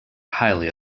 highly